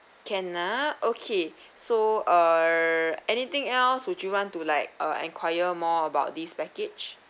can ah okay so err anything else would you want to like or enquire more about this package